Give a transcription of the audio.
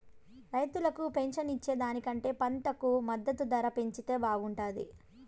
రైతులకు పెన్షన్ ఇచ్చే దానికంటే పంటకు మద్దతు ధర పెంచితే బాగుంటాది